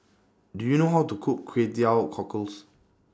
Do YOU know How to Cook Kway Teow Cockles